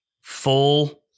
full